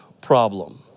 problem